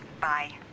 Bye